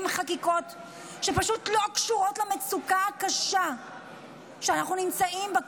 חקיקות שפשוט לא קשורות למצוקה הקשה שאנחנו נמצאים בה כרגע,